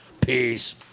peace